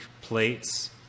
plates